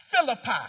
Philippi